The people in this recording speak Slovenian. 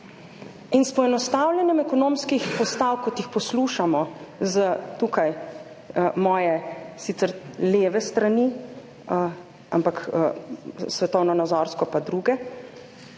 In s poenostavljanjem ekonomskih postavk, kot jih poslušamo z tukaj moje sicer leve strani, ampak svetovno nazorsko pa druge,